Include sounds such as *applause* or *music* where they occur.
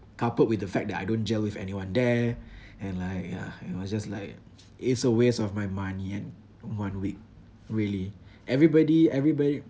coupled with the fact that I don't gel with anyone there and like *noise* it was just like it's a waste of my money and one week really everybody everybody